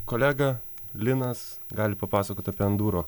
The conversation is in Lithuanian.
kolega linas gali papasakot apie endūro